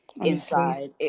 inside